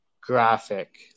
graphic